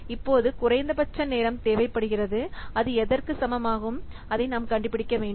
இப்போது குறைந்தபட்ச நேரம் தேவைப்படுகிறது அது எதற்கு சமமாகும் அதை நாம் கண்டுபிடிக்க வேண்டும்